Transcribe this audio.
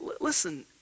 Listen